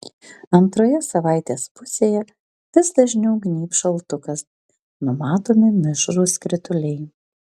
antroje savaitės pusėje vis dažniau gnybs šaltukas numatomi mišrūs krituliai